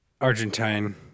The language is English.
Argentine